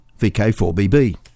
VK4BB